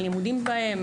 הלימודים בהם,